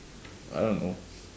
I don't know